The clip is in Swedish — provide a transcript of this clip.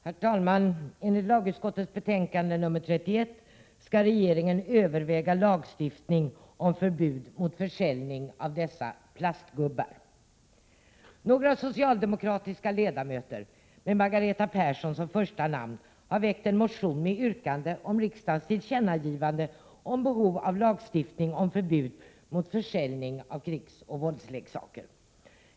Herr talman! Enligt lagutskottets betänkande 31 skall regeringen överväga lagstiftning om förbud mot försäljning av dessa plastgubbar, som jag här visar upp för kammaren. Några socialdemokratiska ledamöter, med Margareta = Prot. 1987/88:124 Persson som första namn, har väckt en motion, vari yrkas att riksdagen skall 20 maj 1988 ge regeringen till känna behovet av lagstiftning om förbud mot försäljning av krigsoch våldsleksaker.